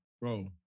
Bro